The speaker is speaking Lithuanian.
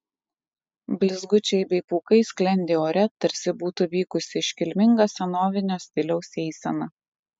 blizgučiai bei pūkai sklendė ore tarsi būtų vykusi iškilminga senovinio stiliaus eisena